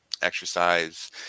exercise